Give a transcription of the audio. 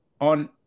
on